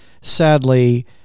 sadly